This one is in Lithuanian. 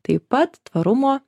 taip pat tvarumo